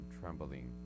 trembling